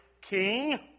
king